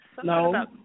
No